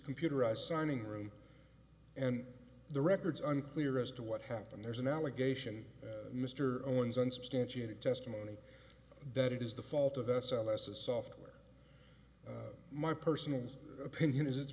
computerized signing room and the records unclear as to what happened there's an allegation mr jones unsubstantiated testimony that it is the fault of s l s a software my personal opinion is it's